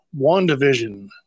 WandaVision